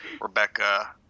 Rebecca –